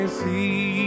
see